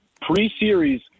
pre-series